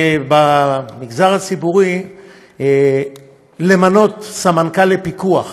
במגזר הציבורי למנות סמנכ"ל לפיקוח,